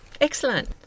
excellent